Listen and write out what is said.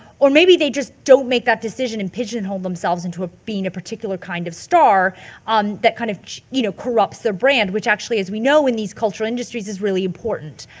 or maybe they just don't make that decision and pigeonhole themselves into a, being a particular kind of star um that kind of you know corrupts their brand, which actually as we know in these cultural industries is really important.